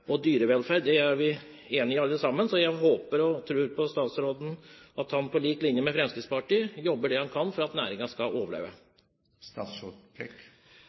er vi enige om alle sammen, så jeg håper og tror på at statsråden, på lik linje med Fremskrittspartiet, jobber det han kan for at næringen skal overleve.